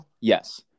Yes